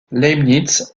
leibniz